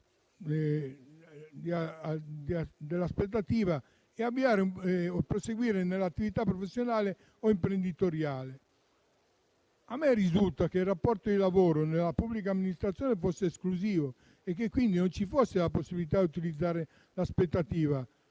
dell'aspettativa e avviare o proseguire nell'attività professionale o imprenditoriale. A me risultava che il rapporto di lavoro nella pubblica amministrazione fosse esclusivo e che quindi non ci fosse la possibilità di utilizzare l'aspettativa